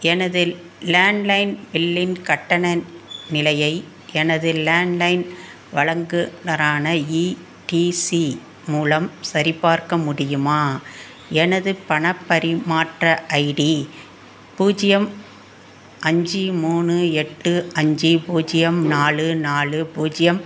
எனது லேண்ட்லைன் பில்லின் கட்டண நிலையை எனது லேண்ட்லைன் வழங்குநரான இடிசி மூலம் சரிபார்க்க முடியுமா எனது பண பரிமாற்ற ஐடி பூஜ்ஜியம் அஞ்சு மூணு எட்டு அஞ்சு பூஜ்ஜியம் நாலு நாலு பூஜ்ஜியம்